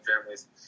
families